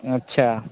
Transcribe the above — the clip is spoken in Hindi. अच्छा